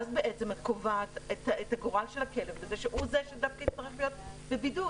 ואז את קובעת את גורל הכלב כי הוא זה שיצטרך להיות בבידוד.